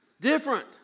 different